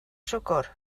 siwgr